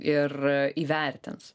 ir įvertins